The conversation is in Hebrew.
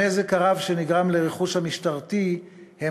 הנזק הרב שנגרם לרכוש המשטרתי הוא